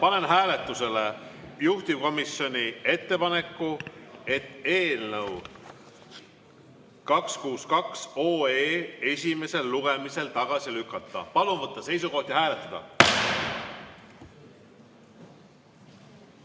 panen hääletusele juhtivkomisjoni ettepaneku eelnõu 262 esimesel lugemisel tagasi lükata. Palun võtta seisukoht ja hääletada!